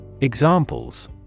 Examples